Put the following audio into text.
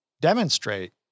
demonstrate